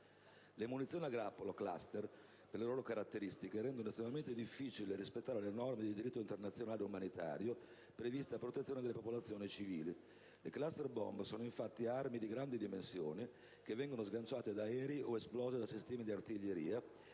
Le munizioni a grappolo (*cluster*), per le loro caratteristiche, rendono estremamente difficile rispettare le norme di diritto internazionale umanitario, previste a protezione delle popolazioni civili. Le *cluster* *bomb* sono infatti armi di grandi dimensioni che vengono sganciate da aerei o esplose da sistemi di artiglieria,